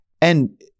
And-